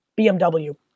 BMW